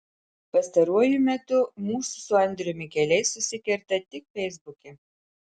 pastaruoju metu mūsų su andriumi keliai susikerta tik feisbuke